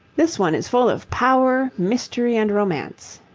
this one is full of power, mystery, and romance.